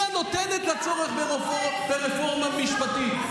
היא הנותנת לצורך ברפורמה משפטית.